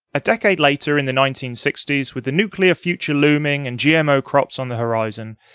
a decade later, in the nineteen sixty s, with the nuclear future looming and gmo crops on the horizon,